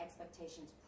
expectations